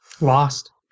lost